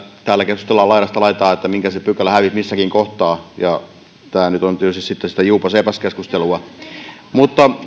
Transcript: täällä keskustellaan laidasta laitaan siitä mihinkä se pykälä hävisi missäkin kohtaa ja tämä nyt on tietysti sitten sitä juupas eipäs keskustelua mutta